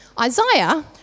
Isaiah